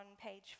page